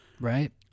right